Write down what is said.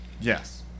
Yes